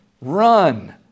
Run